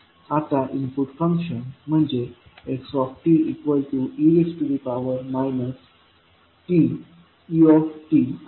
आता input function म्हणजे xe tuआहे